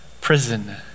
prison